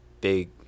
big